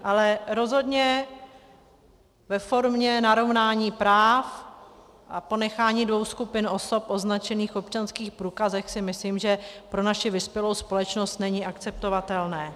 Ale rozhodně ve formě narovnání práv a ponechání dvou skupin osob označených v občanských průkazem si myslím, že pro naši vyspělou společnost není akceptovatelné.